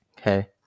okay